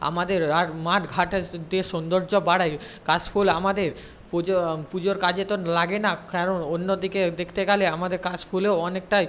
আমাদের আর মাঠ ঘাটে সে যে সৌন্দর্য বাড়ায় কাশ ফুল আমাদের পুজো পুজোর কাজে তো লাগে না কারণ অন্য দিকে দেখতে গেলে আমাদের কাশ ফুলেও অনেকটাই